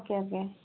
okay okay